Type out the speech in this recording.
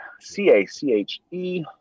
C-a-c-h-e